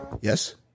Yes